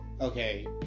Okay